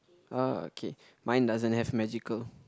okay mine doesn't have magical